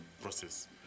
process